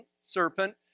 serpent